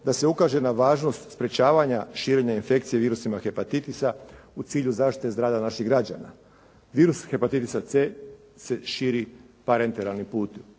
da se ukaže na važnost sprječavanja širenja infekcije virusima hepatitisa u cilju zaštite zdravlja naših građana. Virus hepatitisa c se širi parenteralnim putem,